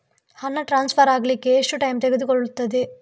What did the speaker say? ಹಣ ಟ್ರಾನ್ಸ್ಫರ್ ಅಗ್ಲಿಕ್ಕೆ ಎಷ್ಟು ಟೈಮ್ ತೆಗೆದುಕೊಳ್ಳುತ್ತದೆ?